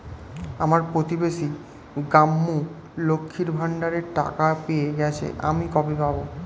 আমার প্রতিবেশী গাঙ্মু, লক্ষ্মীর ভান্ডারের টাকা পেয়ে গেছে, আমি কবে পাব?